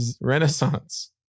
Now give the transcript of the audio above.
renaissance